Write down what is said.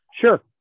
Sure